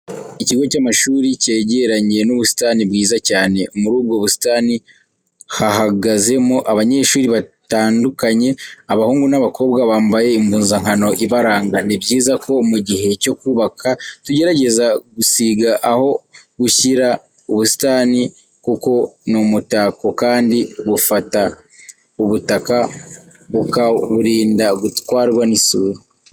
Ikigo cy'amashuri cyegeranye n'ubusitani bwiza cyane, muri ubwo busitani hahagazemo abanyeshuri batandukanye, abahungu n'abakobwa bambaye impuzankano ibaranga. Ni byiza ko mu gihe cyo kubaka tugerageza gusiga, aho gushyira ubusitani kuko ni umutako kandi bufata ubutaka bukaburinda gutwarwa n'isuri.